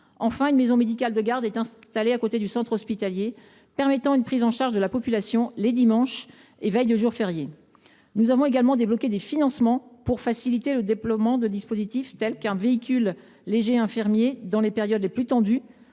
une maison médicale de garde est installée à côté du centre hospitalier, permettant une prise en charge de la population les dimanches et les veilles de jours fériés. Nous avons également débloqué des financements pour faciliter le déploiement de dispositifs, tels qu’un véhicule léger infirmier dans les périodes les plus tendues